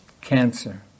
cancer